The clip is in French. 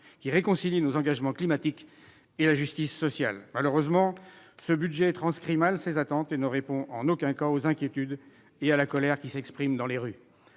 qui réconcilie nos engagements climatiques et la justice sociale. Malheureusement, ce budget transcrit mal ces attentes et ne répond en aucun cas aux inquiétudes et à la colère qui s'expriment dans les rues.